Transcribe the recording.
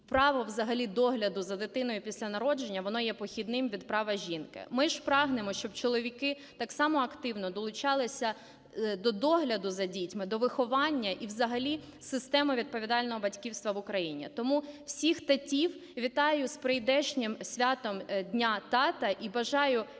право взагалі догляду за дитиною після народження, воно є похідним від права жінки. Ми ж прагнемо, щоб чоловіки так само активно долучалися до догляду за дітьми, до виховання і взагалі системи відповідального батьківства в Україні. Тому всіх татів вітаю з прийдешнім святом Дня тата і бажаю